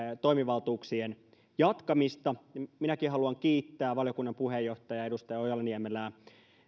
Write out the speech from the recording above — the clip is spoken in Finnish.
toimivaltuuksien jatkamista minäkin haluan kiittää valiokunnan puheenjohtaja edustaja ojala niemelää